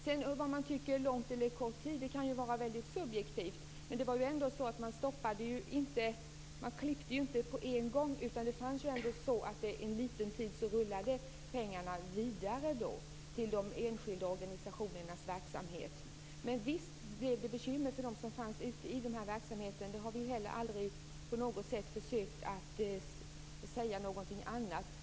Det är subjektivt vad vi tycker är kort eller lång tid. Man klippte ju inte av biståndet på en gång, utan under en liten tid rullade pengarna vidare till de enskilda organisationernas verksamhet. Men visst blev det bekymmer för dem som fanns ute i verksamheten - vi har aldrig försökt säga någonting annat.